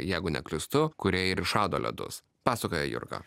jeigu neklystu kurie ir išrado ledus pasakojo jurga